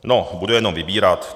No, budu jenom vybírat.